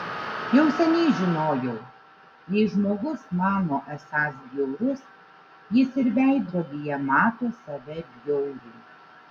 jau seniai žinojau jei žmogus mano esąs bjaurus jis ir veidrodyje mato save bjaurų